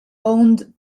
owned